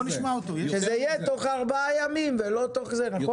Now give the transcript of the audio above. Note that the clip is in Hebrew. שזה יהיה תוך ארבעה ימים נכון?